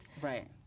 Right